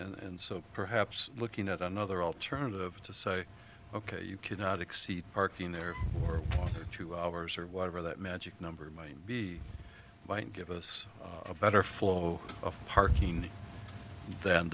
up and so perhaps looking at another alternative to say ok you cannot exceed parking there for two hours or whatever that magic number might be might give us a better flow of parking than